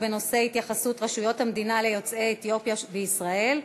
בנושא התייחסות רשויות המדינה ליוצאי אתיופיה בישראל,